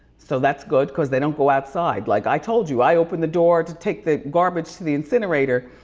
so that's good cause they don't go outside. like i told you, i open the door to take the garbage to the incinerator,